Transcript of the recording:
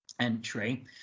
entry